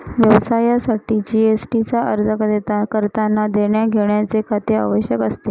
व्यवसायासाठी जी.एस.टी चा अर्ज करतांना देण्याघेण्याचे खाते आवश्यक असते